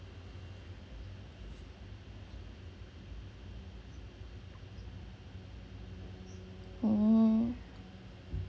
oh